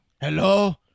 Hello